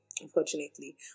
unfortunately